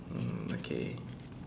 mm okay